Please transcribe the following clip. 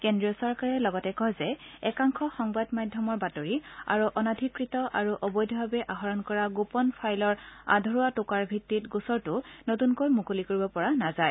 কেন্দ্ৰীয় চৰকাৰে লগতে কয় যে একাংশ সংবাদ মাধ্যমৰ বাতৰি আৰু অনাধিকৃত আৰু অবৈধভাৱে আহৰণ কৰা গোপন ফাইলৰ আধৰুৱা টকাৰ ভিত্তিত গোচৰটো নতুনকৈ মুকলি কৰিব পৰা নাযায়